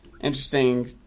interesting